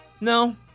No